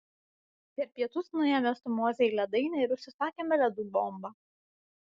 per pietus nuėjome su moze į ledainę ir užsisakėme ledų bombą